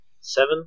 Seven